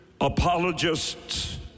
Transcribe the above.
apologists